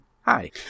hi